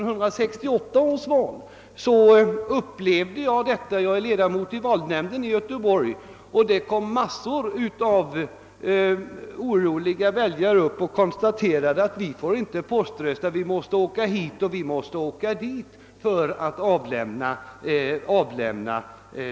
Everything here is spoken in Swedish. Jag är ledamot av valnämnden i Göteborg och kan berätta att det vid 1968 års val kom massor av oroliga väljare som sade att de inte fick poströsta utan var tvungna att åka till den ena eller den andra orten för att avlämna valsedeln.